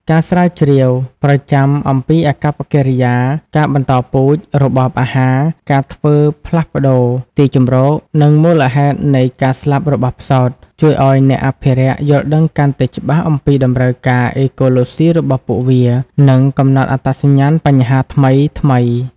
ការស្រាវជ្រាវជាប្រចាំអំពីអាកប្បកិរិយា ការបន្តពូជ របបអាហារ ការធ្វើផ្លាស់ប្តូរទីជម្រក និងមូលហេតុនៃការស្លាប់របស់ផ្សោត ជួយឱ្យអ្នកអភិរក្សយល់ដឹងកាន់តែច្បាស់អំពីតម្រូវការអេកូឡូស៊ីរបស់ពួកវា និងកំណត់អត្តសញ្ញាណបញ្ហាថ្មីៗ។